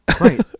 Right